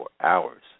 hours